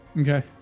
Okay